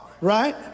right